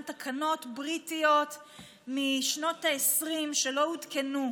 תקנות בריטיות משנות העשרים שלא עודכנו,